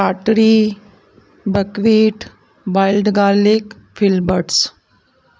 टाटरी buckwheat wild garlic fill birds